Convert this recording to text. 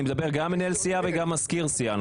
אני מדבר גם על מנהל סיעה וגם על מזכיר סיעה,